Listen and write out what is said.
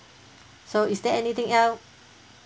so is there anything else